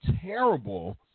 terrible